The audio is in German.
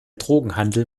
drogenhandel